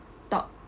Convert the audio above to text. talk